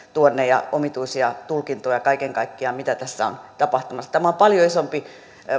ja omituisia tulkintoja kaiken kaikkiaan siitä mitä tässä on tapahtumassa tämä on paljon isompi